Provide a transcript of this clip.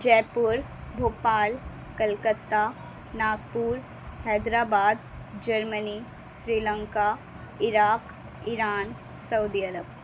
جے پور Bhopal Calcutta Nagpur Hyderabad Germany Sri Lanka Iraq Iran سعودی عرب